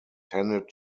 tended